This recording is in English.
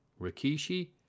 Rikishi